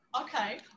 Okay